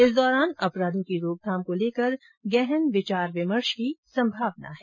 इस दौरान अपराधों की रोकथाम को लेकर गहन विचार विमर्श की सभावना है